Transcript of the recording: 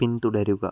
പിന്തുടരുക